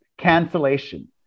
cancellation